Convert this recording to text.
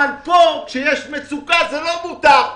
אבל פה, כשיש מצוקה, זה לא מותר.